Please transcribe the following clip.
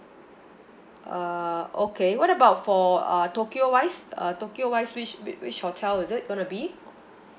uh okay what about for uh tokyo wise uh tokyo wise which whi~ which hotel is it gonna be